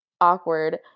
awkward